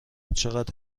چقدر